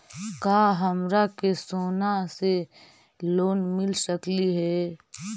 का हमरा के सोना से लोन मिल सकली हे?